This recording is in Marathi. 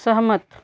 सहमत